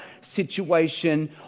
situation